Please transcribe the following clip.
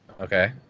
okay